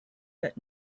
that